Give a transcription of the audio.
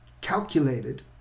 calculated